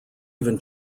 even